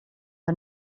der